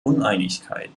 uneinigkeit